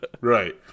Right